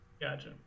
Gotcha